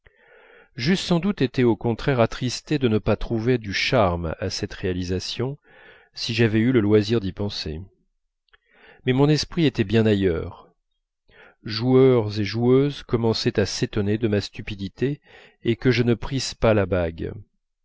j'eusse sans doute été au contraire attristé de ne pas trouver du charme à cette réalisation si j'avais eu le loisir d'y penser mais mon esprit était bien ailleurs joueurs et joueuses commençaient à s'étonner de ma stupidité et que je ne prisse pas la bague